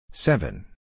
Seven